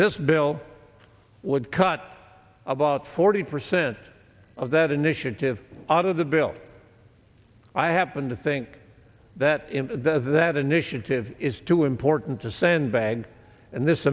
this bill would cut about forty percent of that initiative out of the bill i happen to think that that that initiative is too important to send by and this